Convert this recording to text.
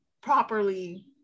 properly